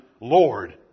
Lord